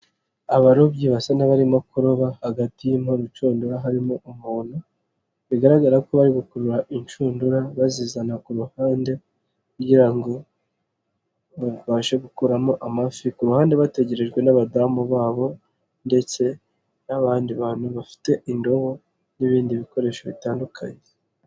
Abarobyi basa n'abarimo kuroba hagati y'inshundura harimo umuntu ,bigaragara ko bari gukurura inshundura bazizana ku ruhande, kugira ngo babashe gukuramo amafi, ku ruhande bategerejwe n'abadamu babo, ndetse n'abandi bantu bafite indobo ,n'ibindi bikoresho bitandukanye.